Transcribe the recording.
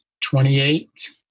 twenty-eight